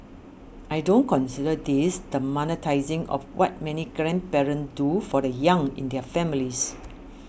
I don't consider this the monetising of what many grandparent do for the young in their families